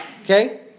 okay